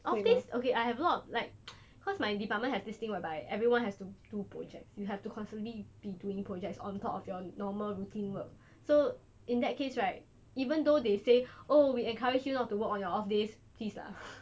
off days okay I have not like cause my department have this thing whereby everyone has to do projects you have to constantly be doing projects on top of your normal routine work so in that case right even though they say oh we encourage you not to work on your off days please lah